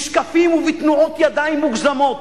בשקפים ובתנועות ידיים מוגזמות,